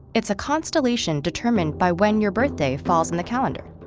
it's a constellation determined by when your birthday falls in the calendar.